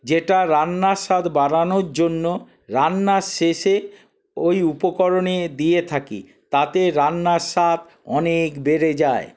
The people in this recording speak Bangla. যেটা রান্নার স্বাদ বাড়ানোর জন্য রান্নার শেষে ওই উপকরণে দিয়ে থাকি তাতে রান্নার স্বাদ অনেক বেড়ে যায়